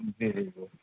جی جی جی